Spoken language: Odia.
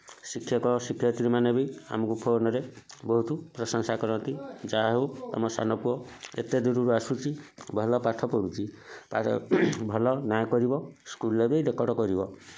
ଶିକ୍ଷକ ଶିକ୍ଷୟତ୍ରୀ ମାନେ ବି ଆମକୁ ଫୋନ୍ରେ ବହୁତ ପ୍ରଶଂସା କରନ୍ତି ଯାହା ହଉ ତୁମ ସାନ ପୁଅ ଏତେ ଦୂରରୁ ଆସୁଛି ଭଲ ପାଠ ପଢୁଛି ଭଲ ନା କରିବ ସ୍କୁଲ୍ର ବି ରେକର୍ଡ୍ କରିବ